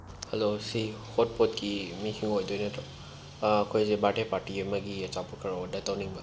hello ꯁꯤ ꯍꯣꯠꯄꯣꯠꯀꯤ ꯃꯤꯁꯤꯡ ꯑꯣꯏꯗꯣꯏ ꯅꯠꯇ꯭ꯔꯣ ꯑꯩꯈꯣꯏꯁꯦ ꯕꯥꯔꯗꯦ ꯄꯥꯔꯇꯤ ꯑꯃꯒꯤ ꯑꯆꯥꯄꯣꯠ ꯈꯔ ꯑꯣꯗꯔ ꯇꯧꯅꯤꯡꯕ